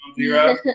Zero